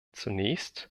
zunächst